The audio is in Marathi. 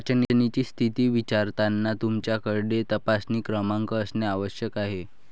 चाचणीची स्थिती विचारताना तुमच्याकडे तपासणी क्रमांक असणे आवश्यक आहे